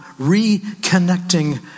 reconnecting